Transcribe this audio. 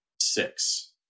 six